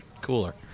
cooler